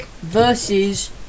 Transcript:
Versus